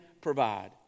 provide